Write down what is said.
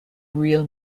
real